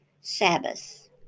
Sabbath